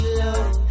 love